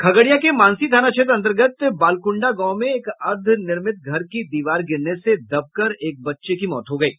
खगड़िया के मानसी थाना क्षेत्र अंतर्गत बालकुंडा गांव में एक अर्द्वनिर्मित घर की दीवार गिरने से दबकर एक बच्चे की मौत हो गयी